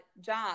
job